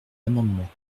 amendements